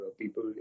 people